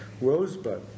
Rosebud